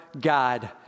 God